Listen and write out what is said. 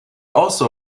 also